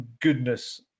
goodness